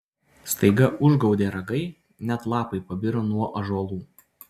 staiga užgaudė ragai net lapai pabiro nuo ąžuolų